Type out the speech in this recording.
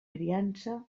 criança